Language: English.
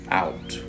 out